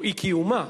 מופז או אי-קיומה,